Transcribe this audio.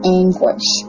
anguish